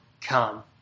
come